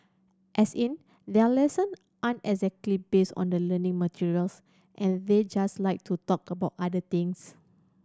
as in their lesson aren't exactly based on the learning materials and they just like to talk about other things